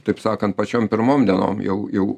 taip sakant pačiom pirmom dienom jau jau